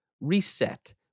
reset